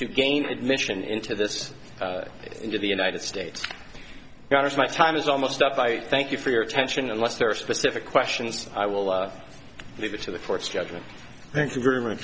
to gain admission into this into the united states congress my time is almost up i thank you for your attention unless there are specific questions i will leave it to the for its judgment thank you very much